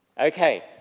Okay